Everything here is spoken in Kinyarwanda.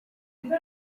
mwa